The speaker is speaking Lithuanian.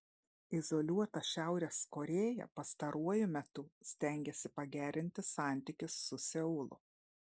izoliuota šiaurės korėja pastaruoju metu stengiasi pagerinti santykius su seulu